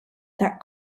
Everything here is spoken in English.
that